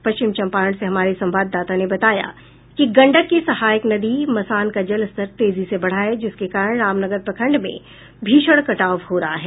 पश्चिम चंपारण से हमारे संवादददाता ने बताया कि गंडक की सहायक नदी मसान का जलस्तर तेजी से बढ़ा है जिसके कारण रामनगर प्रखंड में भीषण कटाव हो रहा है